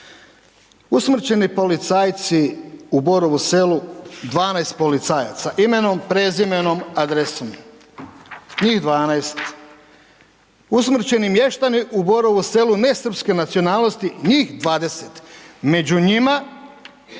Usmrćeni policajci u Borovu Selu, 12 policajaca. Imenom, prezimenom, adresom. Njih 12. Usmrćeni mještani u Borovu Selu nesrpske nacionalnosti, njih 20. Među njima